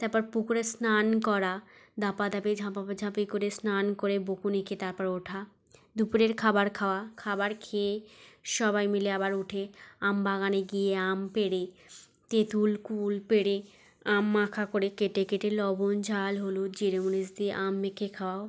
তারপর পুকুরে স্নান করা ধাপা ধাপি ঝাঁপা বা ঝাঁপি করে স্নান করে বকুনি খেয়ে তারপর ওঠা দুপুরের খাবার খাওয়া খাবার খেয়ে সবাই মিলে আবার উঠে আম বাগানে গিয়ে আম পেড়ে তেতুল কুল পেড়ে আম মাখা করে কেটে কেটে লবণ ঝাল হলুদ জিরে মরিচ দিয়ে আম মেখে খাওয়া